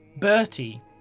Bertie